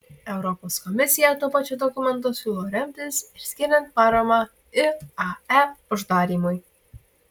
europos komisija tuo pačiu dokumentu siūlo remtis ir skiriant paramą iae uždarymui